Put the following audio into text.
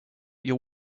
your